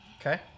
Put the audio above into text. Okay